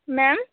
ma'am